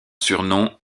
surnom